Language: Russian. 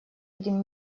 один